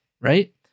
right